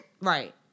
right